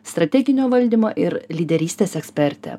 strateginio valdymo ir lyderystės eksperte